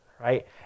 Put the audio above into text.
right